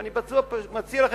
אני מציע לכם